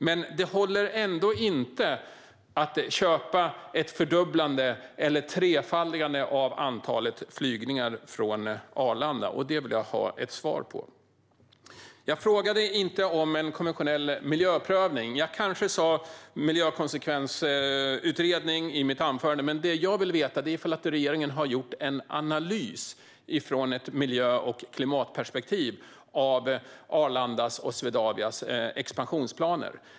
Men ett fördubblande eller trefaldigande av antalet flygningar från Arlanda håller ändå inte. Detta vill jag ha ett svar på. Jag frågade inte om en konventionell miljöprövning. Jag kanske sa miljökonsekvensutredning i mitt anförande, men det jag vill veta är om regeringen har gjort någon analys ur miljö och klimatperspektiv av Arlandas och Swedavias expansionsplaner.